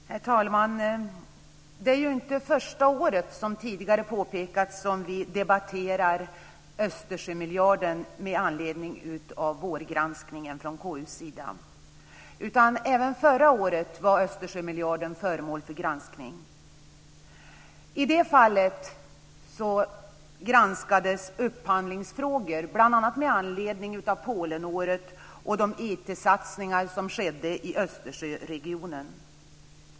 Herr talman! Det är inte första året, som tidigare påpekats, som vi debatterar Östersjömiljarden med anledning av vårgranskningen från KU:s sida. Även förra året var Östersjömiljarden föremål för granskning. I det fallet granskades upphandlingsfrågor, bl.a.